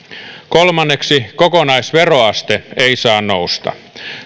kolme kokonaisveroaste ei saa nousta